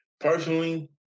personally